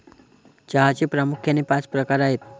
चहाचे प्रामुख्याने पाच प्रकार आहेत